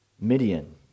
Midian